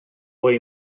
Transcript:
bwy